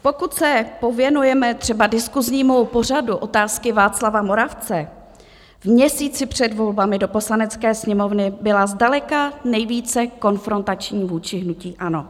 Pokud se pověnujeme třeba diskusnímu pořadu Otázky Václava Moravce, v měsíci před volbami do Poslanecké sněmovny byl zdaleka nejvíce konfrontační vůči hnutí ANO.